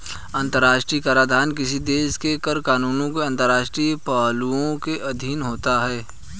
अंतर्राष्ट्रीय कराधान किसी देश के कर कानूनों के अंतर्राष्ट्रीय पहलुओं के अधीन होता है